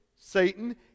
Satan